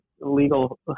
legal